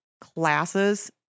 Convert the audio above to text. classes